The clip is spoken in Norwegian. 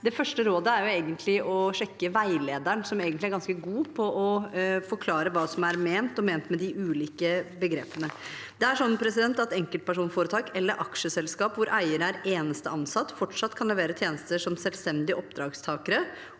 Det første rådet er å sjekke veilederen, som egentlig forklarer ganske godt hva som er ment med de ulike begrepene. Det er sånn at enkeltpersonforetak eller aksjeselskap hvor eieren er den eneste ansatte, fortsatt kan levere tjenester som selvstendige oppdragstakere,